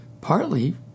partly